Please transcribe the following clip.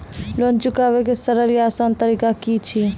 Loan चुकाबै के सरल या आसान तरीका की अछि?